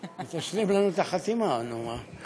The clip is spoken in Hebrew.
היא תשלים לנו את החתימה, נו מה.